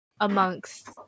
amongst